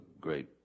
great